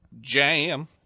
jam